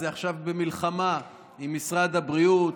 היא עכשיו במלחמה עם משרד הבריאות,